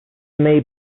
may